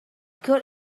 could